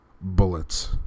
Bullets